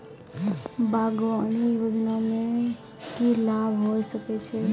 बागवानी योजना मे की लाभ होय सके छै?